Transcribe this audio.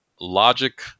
logic